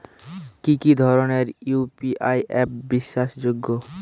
কি কি ধরনের ইউ.পি.আই অ্যাপ বিশ্বাসযোগ্য?